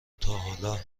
تاحالا